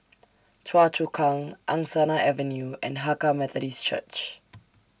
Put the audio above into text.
Choa Chu Kang Angsana Avenue and Hakka Methodist Church